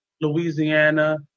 Louisiana